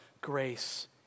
grace